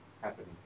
happening